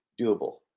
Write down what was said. doable